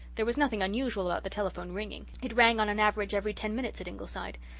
there was nothing unusual about the telephone ringing. it rang on an average every ten minutes at ingleside.